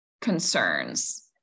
concerns